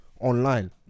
online